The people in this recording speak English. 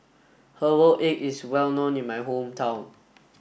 herbal egg is well known in my hometown